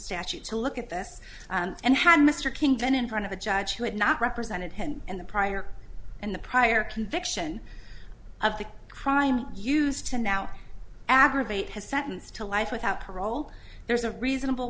statute to look at this and had mr king then in front of a judge who had not represented him in the prior and the prior conviction of the crime used to now aggravate has sentenced to life without parole there's a reasonable